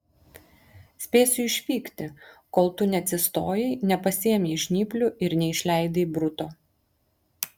spėsiu išvykti kol tu neatsistojai nepasiėmei žnyplių ir neišleidai bruto